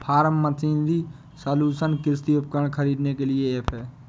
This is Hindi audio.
फॉर्म मशीनरी सलूशन कृषि उपकरण खरीदने के लिए ऐप है